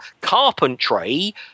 carpentry